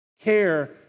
care